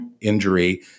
injury